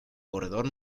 corredor